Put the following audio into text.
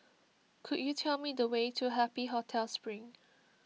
could you tell me the way to Happy Hotel Spring